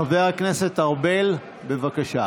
חבר הכנסת ארבל, בבקשה.